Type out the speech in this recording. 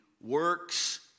Works